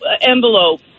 envelope